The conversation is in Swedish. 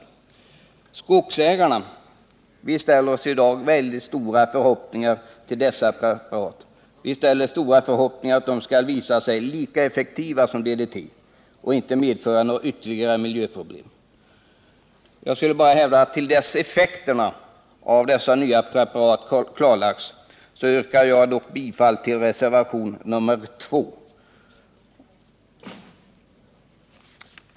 Vi skogsägare ställer i dag mycket stora förhoppningar på dessa preparat och hoppas att de skall visa sig lika effektiva som DDT och inte medföra några ytterligare miljöprobiem. Till dess effekterna av dessa nya preparat klarlagts yrkar jag dock bifall till reservationen 2.